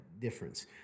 difference